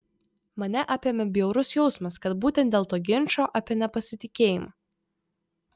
mane apėmė bjaurus jausmas kad būtent dėl to ginčo apie nepasitikėjimą